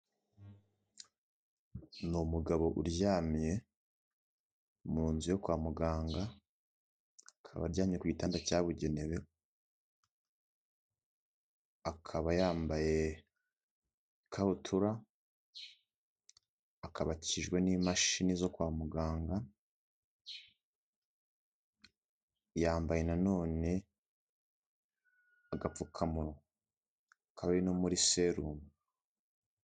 Ni umugabo uryamye mu nzu yo kwa muganga, akaba aryamye ku gitanda cyabugenewe, akaba yambaye ikabutura, akaba akikijwe n'imashini zo kwa muganga, yambaye nanone agapfukamunwa kari no muri serumu.